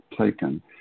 taken